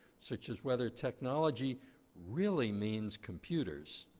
such as whether technology really means computers